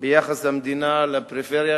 ביחס המדינה לפריפריה,